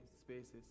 spaces